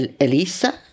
Elisa